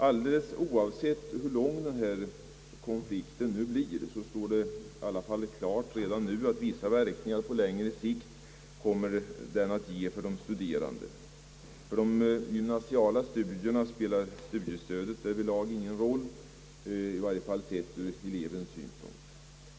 Alldeles ovsett hur lång konflikten blir står det klart redan nu att den kommer att medföra vissa verkningar på längre sikt för de studerande. För de gymnasiala studierna spelar studiestödet därvidlag inte någon roll, i varje fall inte ur elevens synpunkt.